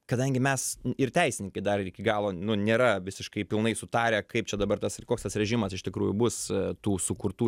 kadangi mes ir teisininkai dar ir iki galo nu nėra visiškai pilnai sutarę kaip čia dabar tas ir koks tas režimas iš tikrųjų bus tų sukurtų